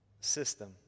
system